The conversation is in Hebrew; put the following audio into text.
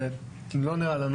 זה לא נראה לנו דבר נכון.